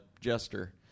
jester